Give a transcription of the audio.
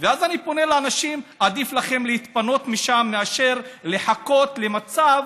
ואז אני פונה לאנשים: עדיף לכם להתפנות משם מאשר לחכות למצב